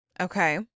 okay